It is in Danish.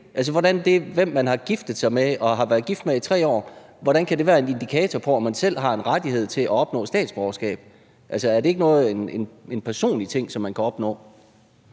hvem man har giftet sig med og været gift med i 3 år, være en indikator på, om man selv har en rettighed til at opnå statsborgerskab? Er det ikke en personlig ting, som man kan opnå?